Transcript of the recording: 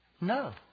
No